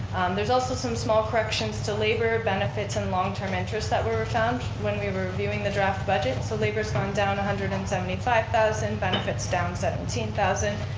there's also some small corrections to labor, benefits, and long term interest that were were found when we were reviewing the draft budget so labor's gone down one hundred and seventy five thousand, benefits down seventeen thousand,